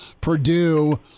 Purdue